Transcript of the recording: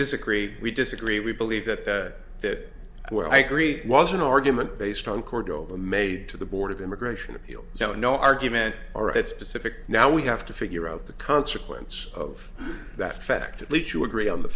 disagree we disagree we believe that that where i greet was an argument based on cordova made to the board of immigration appeals now no argument are at specific now we have to figure out the consequence of that fact at least you agree on the